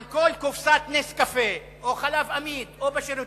על כל קופסת נס קפה או חלב עמיד או בשירותים,